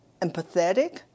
empathetic